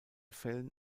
fällen